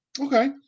okay